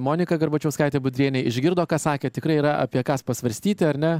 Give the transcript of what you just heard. monika garbačiauskaitė budrienė išgirdo ką sakė tikrai yra apie ką pasvarstyti ar ne